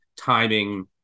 timing